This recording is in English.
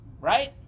right